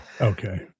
Okay